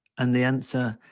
and the answer,